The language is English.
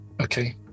Okay